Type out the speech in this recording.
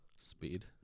speed